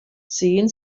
sehen